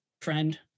friend